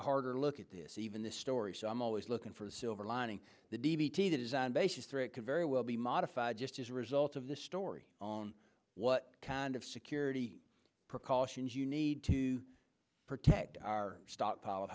a harder look at this even this story so i'm always looking for the silver lining the d v d design basis threat could very well be modified just as a result of this story on what kind of security precautions you need to protect our stockpile